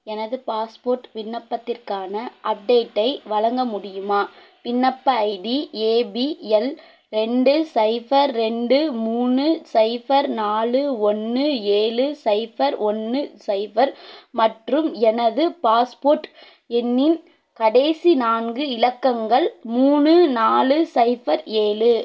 எனது பாஸ்போர்ட் விண்ணப்பத்திற்கான அப்டேட்டை வழங்க முடியுமா விண்ணப்ப ஐடி ஏ பி எல் ரெண்டு ஸைஃபர் ரெண்டு மூணு ஸைஃபர் நாலு ஒன்று ஏழு ஸைஃபர் ஒன்று ஸைபர் மற்றும் எனது பாஸ்போர்ட் எண்ணின் கடைசி நான்கு இலக்கங்கள் மூணு நாலு ஸைஃபர் ஏழு